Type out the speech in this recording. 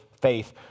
faith